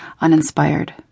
uninspired